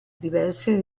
diverse